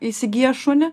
įsigiję šunį